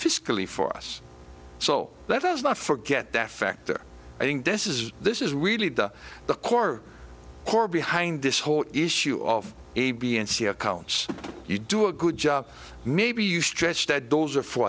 fiscally for us so let us not forget that factor i think this is this is really the core core behind this whole issue of a b and c accounts you do a good job maybe you stretch that dozer for